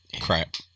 crap